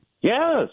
Yes